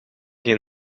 geen